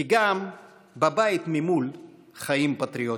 כי גם בבית ממול חיים פטריוטים.